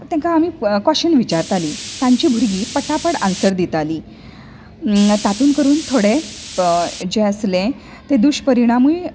तेंका आमी क्वेशन विचारतालीं तांची भुरगीं पटापट आनसर दितालीं तातून करून थोडे जें आसलें तें दुश परिणामूय